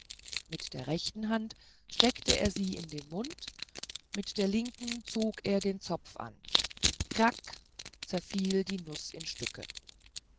mit der rechten hand steckte er sie in den mund mit der linken zog er den zopf an krak zerfiel die nuß in stücke